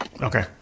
okay